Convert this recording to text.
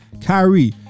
Kyrie